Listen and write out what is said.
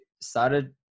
started